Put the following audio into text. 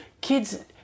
Kids